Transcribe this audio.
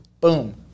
boom